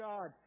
God